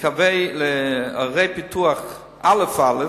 היום לערי פיתוח א"א,